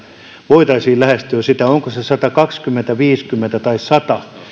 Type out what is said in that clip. voitaisiin lähestyä sitä onko se satakaksikymmentä viisikymmentä tai sata